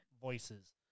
voices